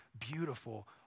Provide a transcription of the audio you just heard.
beautiful